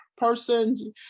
person